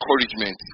encouragement